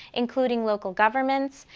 including local governments,